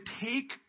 take